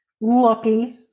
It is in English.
lucky